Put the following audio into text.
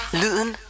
lyden